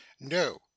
No